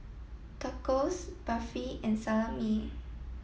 Tacos Barfi and Salami